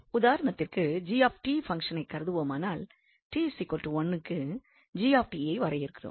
உதாரணத்திற்கு g பங்ஷனைக் கருதினால் t 1 க்கு g ஐ வரையறுக்கிறோம்